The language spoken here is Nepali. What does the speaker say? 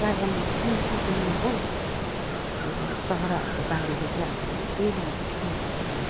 प्रायः म चिन्छु पनि हो अनि त यो चराहरूको बारेमा चाहिँ अब मैले त्यही लागि चाहिँ मैले भनेको